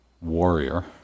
warrior